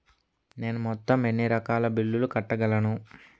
నేను మొత్తం ఎన్ని రకాల బిల్లులు కట్టగలను?